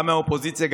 גם מהאופוזיציה,